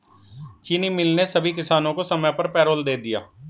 चीनी मिल ने सभी किसानों को समय पर पैरोल दे दिया